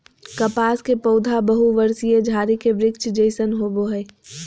कपास के पौधा बहुवर्षीय झारी के वृक्ष जैसन होबो हइ